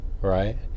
right